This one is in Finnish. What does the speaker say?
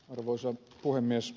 arvoisa puhemies